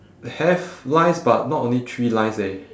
the have lines but not only three lines eh